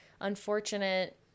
unfortunate